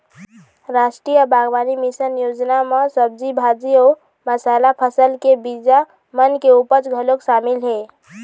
रास्टीय बागबानी मिसन योजना म सब्जी भाजी अउ मसाला फसल के बीजा मन के उपज घलोक सामिल हे